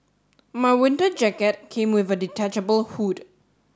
my winter jacket came with a detachable hood